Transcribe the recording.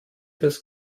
das